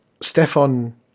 Stefan